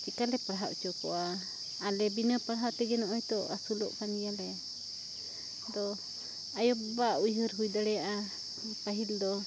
ᱪᱤᱠᱟᱹᱞᱮ ᱯᱟᱲᱦᱟᱣ ᱚᱪᱚ ᱠᱚᱣᱟ ᱟᱞᱮ ᱵᱤᱱᱟᱹ ᱯᱟᱲᱦᱟᱣ ᱛᱮᱜᱮ ᱱᱚᱜᱼᱚᱸᱭ ᱛᱚ ᱟᱹᱥᱩᱞᱚᱜ ᱠᱟᱱ ᱜᱮᱭᱟᱞᱮ ᱟᱫᱚ ᱟᱭᱳᱼᱵᱟᱵᱟ ᱩᱭᱦᱟᱹᱨ ᱦᱩᱭ ᱫᱟᱲᱮᱭᱟᱜᱼᱟ ᱯᱟᱹᱦᱤᱞ ᱫᱚ